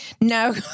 No